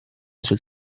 sul